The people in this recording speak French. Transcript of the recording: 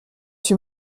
suis